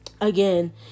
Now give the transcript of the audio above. again